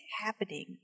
happening